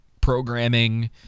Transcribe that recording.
programming